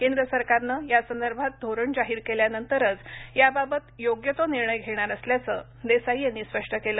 केंद्र सरकारनं यासंदर्भात धोरण जाहीर केल्यानंतरच याबाबत योग्य तो निर्णय घेणार असल्याचं देसाई यांनी स्पष्ट केलं